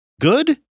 good